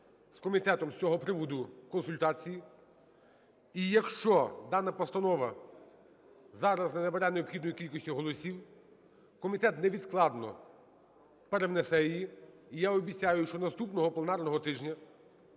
з комітетом з цього приводу консультації, і якщо дана постанова зараз не набере необхідної кількості голосів, комітет невідкладно перевнесе її. І я обіцяю, що наступного пленарного тижня